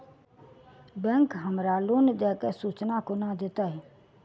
Bank हमरा loan देय केँ सूचना कोना देतय?